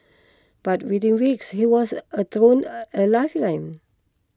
but within weeks he was a thrown a lifeline